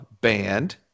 Band